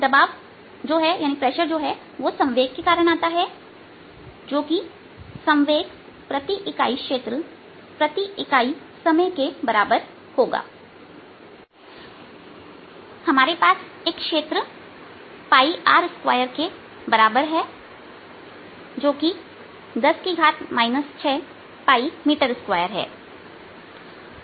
दबाव संवेग के कारण आता है जो कि संवेग प्रति इकाई क्षेत्र प्रति इकाई समय के बराबर होगा हमारे पास एक क्षेत्र 𝝅r2 के बराबर है जो कि 10 6 𝝅 मीटर2 है